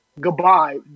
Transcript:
goodbye